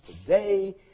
today